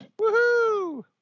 Woohoo